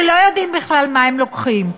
שלא יודעים בכלל מה הם לוקחים.